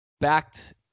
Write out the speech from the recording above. backed